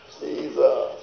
Jesus